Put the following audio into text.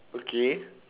okay